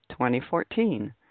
2014